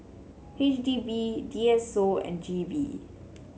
H D B D S O and G V